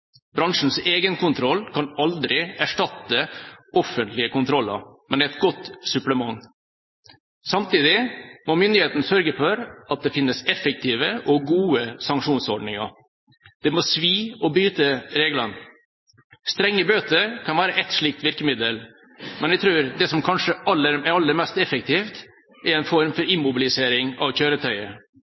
Bransjens egenkontroll kan aldri erstatte offentlige kontroller, men det er et godt supplement. Samtidig må myndighetene sørge for at det finnes effektive og gode sanksjonsordninger. Det må svi å bryte reglene. Strenge bøter kan være et slikt virkemiddel, men jeg tror at det som kanskje er aller mest effektivt, er en form for immobilisering av kjøretøyet,